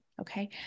okay